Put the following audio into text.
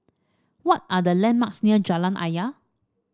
what are the landmarks near Jalan Ayer